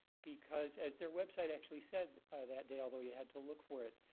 because as their website actually said that day, although you had to look for it,